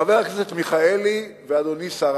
חבר הכנסת מיכאלי ואדוני שר